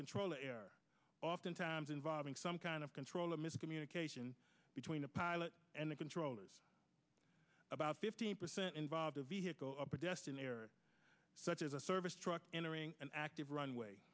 controllers oftentimes involving some kind of control of miscommunication between the pilot and the controllers about fifteen percent involved a vehicle or protest in the air such as a service truck entering an active runway